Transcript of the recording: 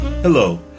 Hello